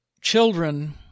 children